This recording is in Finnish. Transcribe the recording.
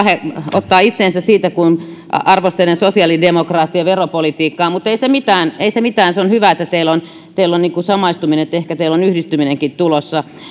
ottaa itseensä siitä kun arvostelen sosiaalidemokraattien veropolitiikkaa mutta ei se mitään se on hyvä että teillä on niin kuin samaistuminen ehkä teillä on yhdistyminenkin tulossa